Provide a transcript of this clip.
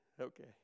Okay